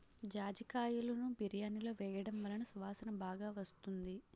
జాజికాయలును బిర్యానిలో వేయడం వలన సువాసన బాగా వస్తుంది